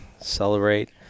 celebrate